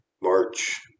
March